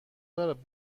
دارد